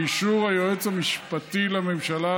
באישור היועץ המשפטי לממשלה,